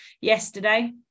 yesterday